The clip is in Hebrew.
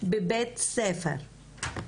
בבית ספר,